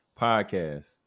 podcast